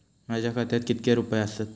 माझ्या खात्यात कितके रुपये आसत?